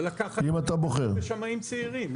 זה לפגוע בשמאים צעירים.